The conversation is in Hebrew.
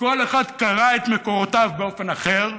כל אחד קרא את מקורותיו באופן אחר: